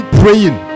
praying